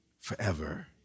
forever